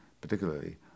particularly